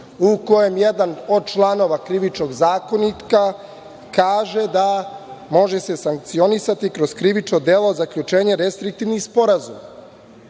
u kojem jedan od članova Krivičnog zakonika kaže da se može sankcionisati kroz krivično delo zaključenje restriktivnih sporazuma.